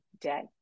Day